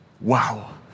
Wow